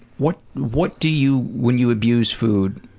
what what do you, when you abuse food,